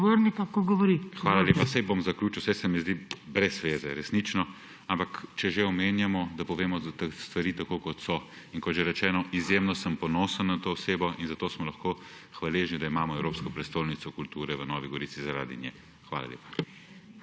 NEMEC (PS SD): Hvala lepa. Saj bom zaključil, saj se mi zdi brez zveze, resnično. Ampak če že omenjamo, da povemo stvari tako, kot so. Kot že rečeno, izjemno sem ponosen na to osebo in zato smo lahko hvaležni, da imamo evropsko prestolnico kulture v Novi Gorici zaradi nje. Hvala lepa.